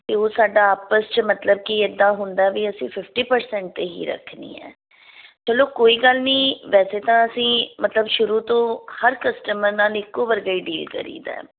ਅਤੇ ਉਹ ਸਾਡਾ ਆਪਸ 'ਚ ਮਤਲਬ ਕੀ ਇੱਦਾਂ ਹੁੰਦਾ ਵੀ ਅਸੀਂ ਫਿਫਟੀ ਪਰਸੈਂਟ 'ਤੇ ਹੀ ਰੱਖਣੀ ਹੈ ਚੱਲੋ ਕੋਈ ਗੱਲ ਨਹੀਂ ਵੈਸੇ ਤਾਂ ਅਸੀਂ ਮਤਲਬ ਸ਼ੁਰੂ ਤੋਂ ਹਰ ਕਸਟਮਰ ਨਾਲ ਇੱਕੋ ਵਰਗਾ ਹੀ ਡੀਲ ਕਰੀ ਦਾ ਹੈ